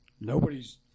nobody's